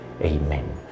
Amen